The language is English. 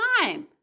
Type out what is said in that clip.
time